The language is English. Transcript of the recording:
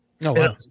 no